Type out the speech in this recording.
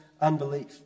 unbelief